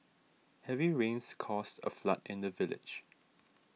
heavy rains caused a flood in the village